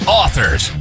authors